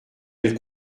elles